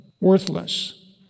worthless